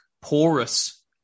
porous